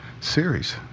Series